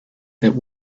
that